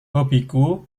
hobiku